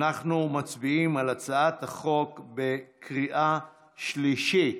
אנחנו מצביעים על הצעת החוק בקריאה שלישית.